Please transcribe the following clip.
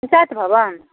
panchayat Bhavan